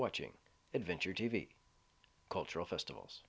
watching adventure t v cultural festivals